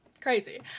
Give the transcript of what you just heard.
crazy